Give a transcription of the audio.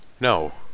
No